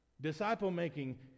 Disciple-making